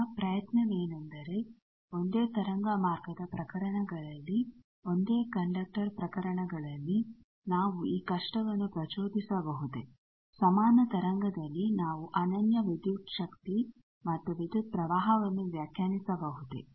ಈಗ ಪ್ರಯತ್ನವೇನೆಂದರೆ ಒಂದೇ ತರಂಗ ಮಾರ್ಗದ ಪ್ರಕರಣಗಳಲ್ಲಿ ಒಂದೇ ಕಂಡಕ್ಟರ್ ಪ್ರಕರಣಗಳಲ್ಲಿ ನಾವು ಈ ಕಷ್ಟವನ್ನು ಪ್ರಚೋದಿಸಬಹುದೇ ಸಮಾನ ತರಂಗದಲ್ಲಿ ನಾವು ಅನನ್ಯ ವಿದ್ಯುತ್ ಶಕ್ತಿ ಮತ್ತು ವಿದ್ಯುತ್ ಪ್ರವಾಹವನ್ನು ವ್ಯಾಖ್ಯಾನಿಸಬಹುದೇ